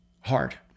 hard